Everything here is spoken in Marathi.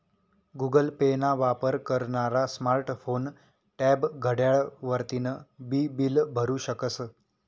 गुगल पे ना वापर करनारा स्मार्ट फोन, टॅब, घड्याळ वरतीन बी बील भरु शकस